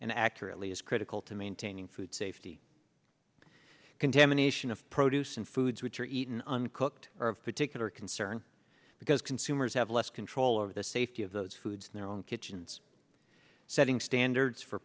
and accurately is critical to maintaining food safety contamination of produce and foods which are eaten uncooked are of particular concern because consumers have less control over the safety of those foods in their own kitchens setting standards for